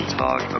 talk